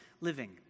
living